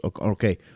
Okay